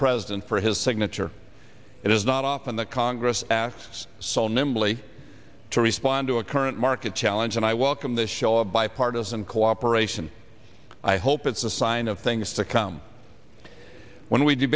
president for his signature it is not often that congress acts so nimbly to respond to a current market challenge and i welcome the show of bipartisan cooperation i hope it's a sign of things to come when we